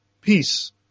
peace